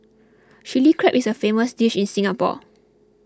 Chilli Crab is a famous dish in Singapore